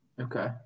Okay